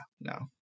no